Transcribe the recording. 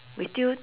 we still